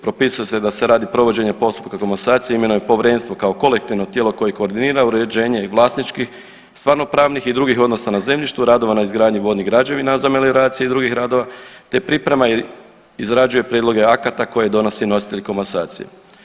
Propisuje se da se radi provođenje postupka komasacije, imenuje povjerenstvo kao kolektivno tijelo koje koordinira uređenje i vlasnički stvarno pravnih i drugih odnosa na zemljištu, radova na izgradnji vodnih građevina za melioraciju i drugih radova te priprema i izrađuje prijedloge akata koje donosi nositelj komasacije.